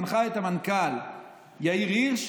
מנחה את המנכ"ל יאיר הירש